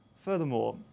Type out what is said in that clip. Furthermore